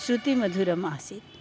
श्रुतिमधुरम् आसीत्